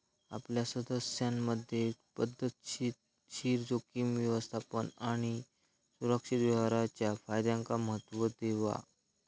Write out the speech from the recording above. आपल्या सदस्यांमधे पध्दतशीर जोखीम व्यवस्थापन आणि सुरक्षित व्यवहाराच्या फायद्यांका महत्त्व देवा